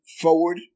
forward